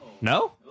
no